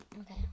Okay